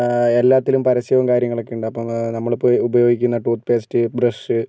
എല്ലാറ്റിലും പരസ്യവും കാര്യങ്ങളൊക്കെയുണ്ട് അപ്പോൾ നമ്മളിപ്പോൾ ഉപയോഗിക്കുന്ന ടൂത്ത് പെയിസ്റ്റ് ബ്രഷ്